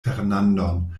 fernandon